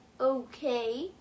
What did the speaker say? Okay